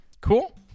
Cool